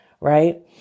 right